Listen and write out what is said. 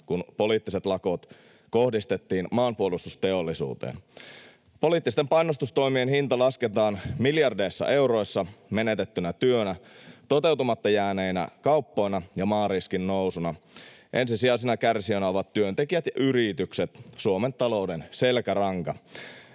kun poliittiset lakot kohdistettiin maanpuolustusteollisuuteen. Poliittisten painostustoimien hinta lasketaan miljardeissa euroissa menetettynä työnä, toteutumatta jääneinä kauppoina ja maariskin nousuna. Ensisijaisina kärsijöinä ovat työntekijät ja yritykset, Suomen talouden selkäranka.